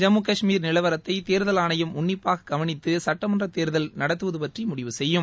ஜம்மு கஷ்மீர் நிலவரத்தை தேர்தல் ஆணையம் உள்ளிப்பாக கவளித்து சட்டமன்ற தேர்தல் நடத்துவது பற்றி முடிவு செய்யும்